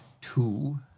two